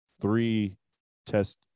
three-test